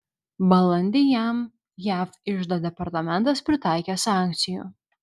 balandį jam jav iždo departamentas pritaikė sankcijų